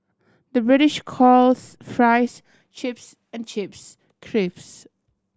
the British calls fries chips and chips crisps